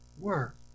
work